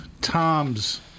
Tom's